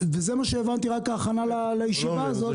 וזה מה שהבנתי רק ההכנה לישיבה הזאת.